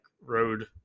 road